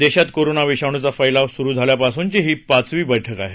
देशात कोरोना विषाणूचा फैलाव सुरू झाल्यापासूनची ही पाचवी बैठक असेल